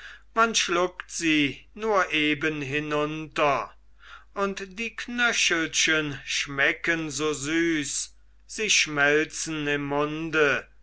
man schluckt sie nur eben hinunter und die knöchelchen schmecken so süß sie schmelzen im munde